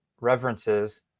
references